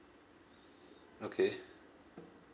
okay